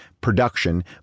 production